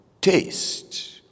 taste